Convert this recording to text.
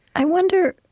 i wonder,